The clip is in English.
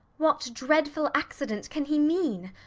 what dreadful accident can he mean?